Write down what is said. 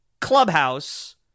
clubhouse